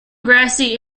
grassy